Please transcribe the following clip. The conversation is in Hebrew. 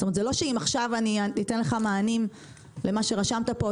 זאת אומרת זה לא שאם עכשיו אני אתן לך מענים למה שרשמת פה,